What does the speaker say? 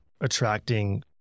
attracting